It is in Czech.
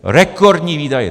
Rekordní výdaje.